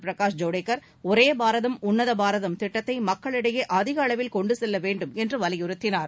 பிரகாஷ் ஜவடேகர் ஒரே பாரதம் உன்னத பாரதம் திட்டத்தை மக்களிடையே அதிக அளவில் கொண்டு செல்ல வேண்டும் என்று வலியுறுத்தினார்